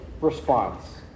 response